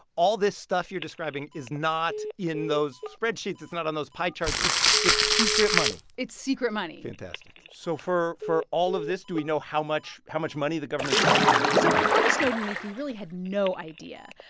all this stuff you're describing is not in those spreadsheets. it's not on those pie charts. it's it's secret money it's secret money fantastic. so for for all of this, do we know how much how much money the government spends? so before the snowden leak, we really had no idea.